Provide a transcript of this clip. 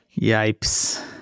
Yipes